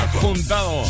juntado